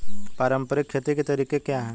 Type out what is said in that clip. पारंपरिक खेती के तरीके क्या हैं?